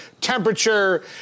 temperature